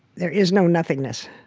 there is no nothingness